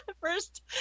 first